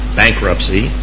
bankruptcy